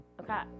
okay